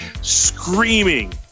screaming